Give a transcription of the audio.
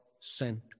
sent